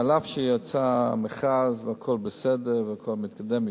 אף שיצא המכרז והכול בסדר והכול מתקדם יפה,